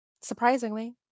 Surprisingly